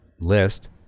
list